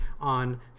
on